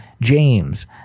James